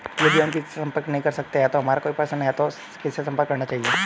यदि हम किसी से संपर्क नहीं कर सकते हैं और हमारा कोई प्रश्न है तो हमें किससे संपर्क करना चाहिए?